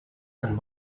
and